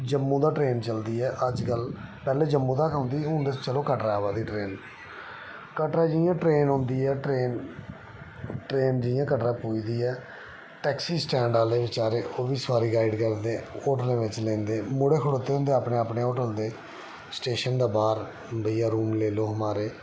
जम्मू दा ट्रेन चलदी ऐ अजकल पैहलें जम्मू दा औंदी ही हुन ते चलो कटड़ा आवा दी ट्रेन कटड़ा जि'यां ट्रेन औंदी ऐ ट्रेन ट्रेन जि'यां कटड़ा पुजदी ऐ टैक्सी स्टैंड आह्ले बेचारे ओह् बी सवारी गाइड करदे होटलें बिच लेंदे मुड़े खड़ोते दे होंदे अपने होटल दे स्टेशन दे बाह्र भैया रूम ले लो हमारे